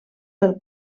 pel